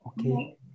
Okay